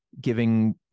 Giving